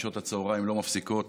משעות הצוהריים לא מפסיקות